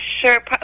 Sure